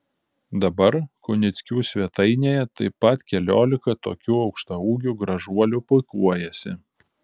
dabar kunickių svetainėje taip pat keliolika tokių aukštaūgių gražuolių puikuojasi